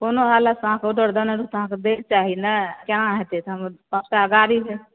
कोनो हालतमे अहाँके ऑर्डर देने रहौं तऽ अहाँके दै के चाही ने केना हेतै तहन सभटा गाड़ी